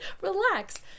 relax